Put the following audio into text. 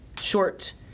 short